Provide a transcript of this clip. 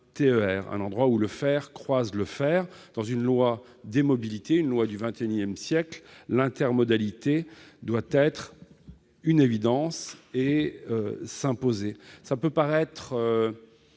là où « le fer croise le fer ». Dans une loi sur les mobilités, une loi du XXI siècle, l'intermodalité doit être une évidence et s'imposer.